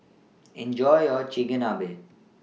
Enjoy your Chigenabe